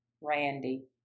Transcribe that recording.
Randy